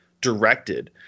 directed